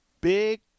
big